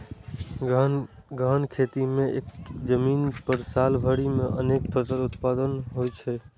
गहन खेती मे एक्के जमीन पर साल भरि मे अनेक फसल उत्पादन होइ छै